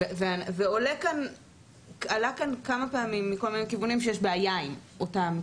ועלה כאן כמה פעמים מכל מיני כיוונים שיש בעיה אתם.